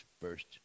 first